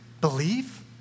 believe